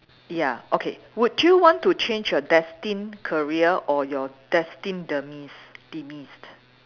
ya okay would you want to change your destined career or your destined demise demise